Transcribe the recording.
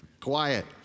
Quiet